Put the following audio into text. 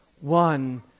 one